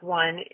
one